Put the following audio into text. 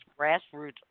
grassroots